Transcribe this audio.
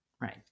Right